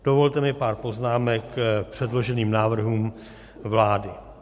Dovolte mi pár poznámek k předloženým návrhům vlády.